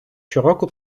щороку